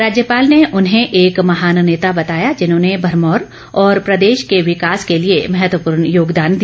राज्यपाल ने उन्हें एक महान नेता बताया जिन्होंने भरमौर और प्रदेश के विकास के लिए महत्वपूर्ण योगदान दिया